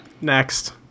Next